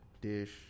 dish